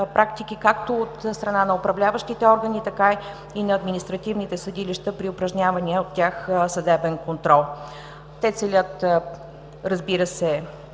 както от страна на управляващите органи, така и на административните съдилища при упражнявания от тях съдебен контрол. Те целят, разбира се,